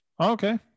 Okay